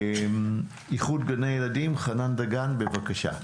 איחוד גני ילדים חנן דגן, בבקשה.